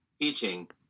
teaching